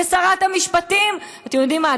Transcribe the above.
ושרת המשפטים, אתם יודעים מה?